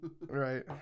right